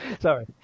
Sorry